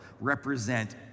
represent